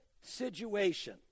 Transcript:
situation